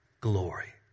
glory